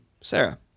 Sarah